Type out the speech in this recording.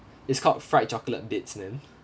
it's called fried chocolate bits ma'am